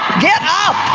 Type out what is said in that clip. get up!